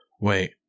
Wait